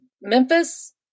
Memphis